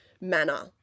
manner